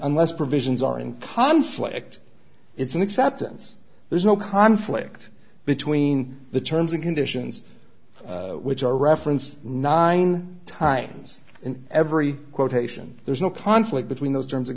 unless provisions are in conflict it's an acceptance there's no conflict between the terms and conditions which are referenced nine times in every quotation there is no conflict between those terms